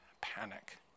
panic